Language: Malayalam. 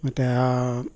മറ്റേ ആ